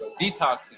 detoxing